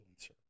influencer